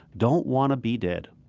don't want to be dead.